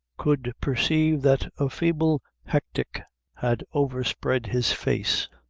could perceive that a feeble hectic had overspread his face.